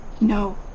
No